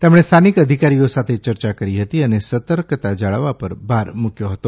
તેમણે સ્થાનિક અધિકારીઓ સાથે યર્યા કરી હતી અને સતર્કતા જાળવવા પર ભાર મૂક્યો હતો